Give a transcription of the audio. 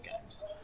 games